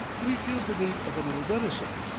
that he feels the need of a little medicine.